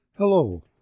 Hello